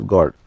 God